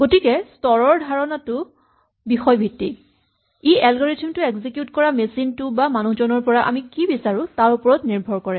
গতিকে স্তৰৰ ধাৰণাটো বিষয়ভিত্তিক ই এলগৰিথম টো এক্সিকিউট কৰা মেচিনটো বা মানুহজনৰ পৰা আমি কি বিচাৰো তাৰ ওপৰত নিৰ্ভৰ কৰে